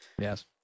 Yes